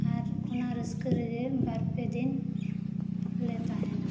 ᱟᱨ ᱚᱱᱟ ᱨᱟᱹᱥᱠᱟᱹ ᱨᱮᱜᱮ ᱵᱟᱨᱼᱯᱮ ᱫᱤᱱ ᱞᱮ ᱛᱟᱦᱮᱱᱟ